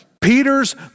Peter's